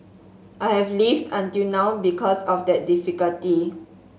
I've lived until now because of that difficulty